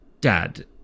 Dad